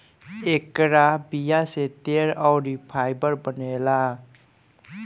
एकरा बीया से तेल अउरी फाइबर बनेला